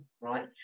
right